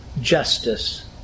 justice